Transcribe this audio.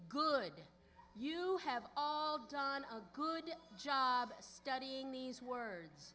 good you have done a good job studying these words